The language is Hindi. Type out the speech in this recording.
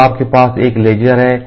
तो आपके पास एक लेजर है